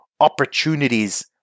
opportunities